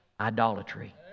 idolatry